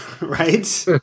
Right